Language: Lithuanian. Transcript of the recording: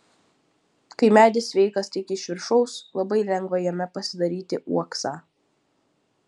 kai medis sveikas tik iš viršaus labai lengva jame pasidaryti uoksą